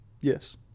Yes